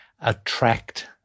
attract